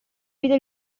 vide